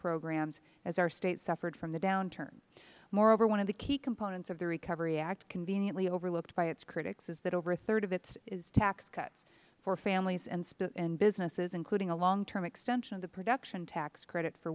programs as our state suffered from the downturn moreover one of the key components of the recovery act conveniently overlooked by its critics is over a third of it is tax cuts for families and businesses including a long term extension of the production tax credit for